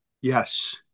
Yes